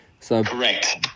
Correct